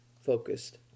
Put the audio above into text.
focused